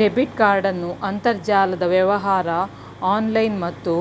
debit ಕಾರ್ಡನ್ನು ಅಂತರ್ಜಾಲದ ವ್ಯವಹಾರ ಆನ್ಲೈನ್ ಮತ್ತು